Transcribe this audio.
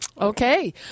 Okay